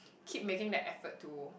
keep making the effort to